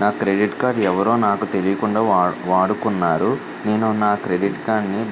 నా credit card ఎవరో నాకు తెలియకుండా వాడుకున్నారు నేను నా కార్డ్ ని